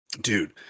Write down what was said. Dude